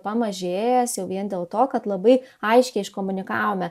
pamažėjęs jau vien dėl to kad labai aiškiai iškomunikavome